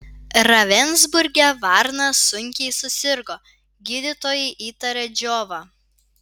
ravensburge varnas sunkiai susirgo gydytojai įtarė džiovą